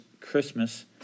Christmas